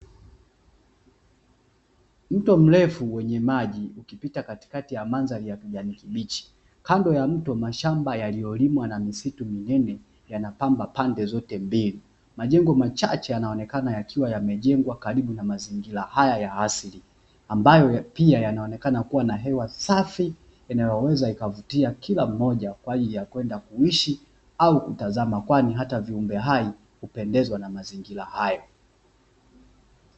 Mto mrefu maji uta katikati ya mandhari yake ya kibichi kando ya mto mashamba yaliyoliwa na misitu mingine yanapamba pande zote mbili, majengo machache yanaonekana yakiwa yamejengwa karibu na mazingira haya ya asili ambayo pia yanaonekana kuwa na hewa safi inayoweza ikavutia kila mmoja kwa ajili ya kuishi au kutazama kwani hata viumbe haipendezwa na mazingira hayo.